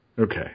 Okay